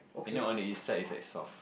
and then on the inside it's like soft